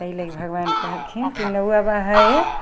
तै लए भगवान कहलखिन कि नौआ